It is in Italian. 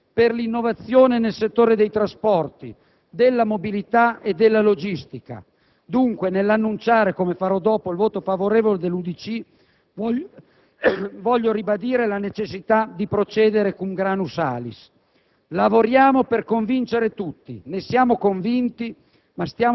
Proprio per questi motivi dobbiamo spingere, come giustamente riportato, per l'innovazione nel settore dei trasporti, della mobilità e della logistica. Dunque, nell'annunciare, come farò dopo, il voto favorevole dell'UDC, voglio ribadire la necessità di procedere *cum grano salis*.